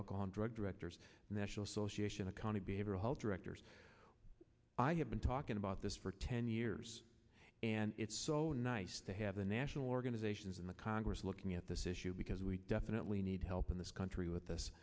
alcohol and drug directors and national association of county behavioral health directors i have been talking about this for ten years and it's so nice to have the national organizations in the congress looking at this issue because we definitely need help in this country with this